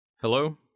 Hello